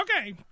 Okay